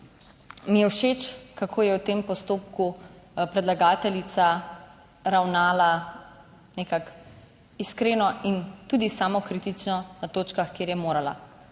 mi je všeč kako je v tem postopku predlagateljica ravnala nekako iskreno in tudi samokritično na točkah, kjer je morala.